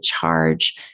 charge